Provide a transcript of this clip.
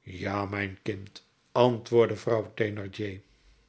ja mijn kind antwoordde vrouw